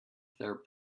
their